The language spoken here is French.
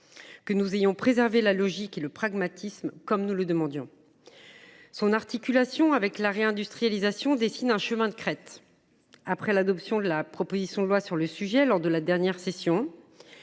nous avons préservé la logique et le pragmatisme. Son articulation avec la réindustrialisation dessine un chemin de crête. Après l’adoption de la proposition de loi sur le sujet, lors de la dernière session,